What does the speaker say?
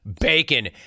bacon